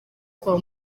kwa